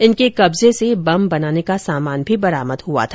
इनके कब्जे से बम बनाने का सामान भी बरामद हुआ था